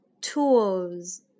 tools